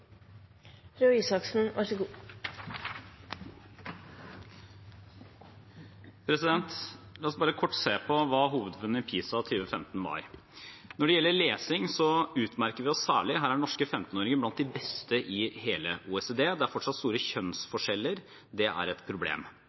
La oss kort se på hovedfunnene i PISA 2015. Når det gjelder lesing, utmerker vi oss særlig. Her er norske 15-åringer blant de beste i hele OECD. Det er fortsatt store kjønnsforskjeller – det er et problem.